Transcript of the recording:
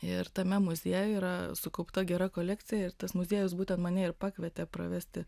ir tame muziejuje yra sukaupta gera kolekcija ir tas muziejus būtent mane ir pakvietė pravesti